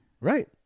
Right